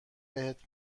بهت